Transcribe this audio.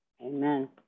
Amen